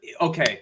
okay